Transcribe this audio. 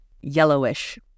yellowish